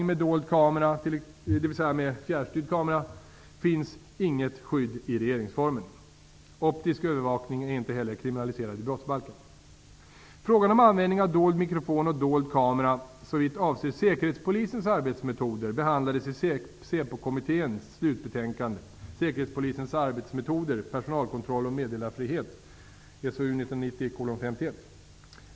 med fjärrstyrd kamera, finns inget skydd i regeringsformen. Optisk övervakning är inte heller kriminaliserad i brottsbalken. 1990:51).